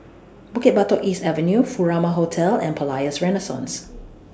Bukit Batok East Avenue Furama Hotel and Palais Renaissance